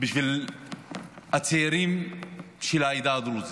בשביל הצעירים של העדה הדרוזית.